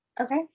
okay